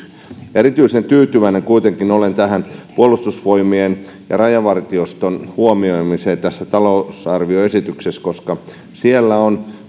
erityisen tyytyväinen kuitenkin olen tähän puolustusvoimien ja rajavartioston huomioimiseen tässä talousarvioesityksessä koska siellä on